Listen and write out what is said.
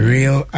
Real